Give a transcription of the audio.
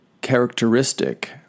characteristic